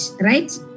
right